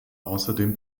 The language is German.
außerdem